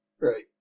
Right